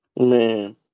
Man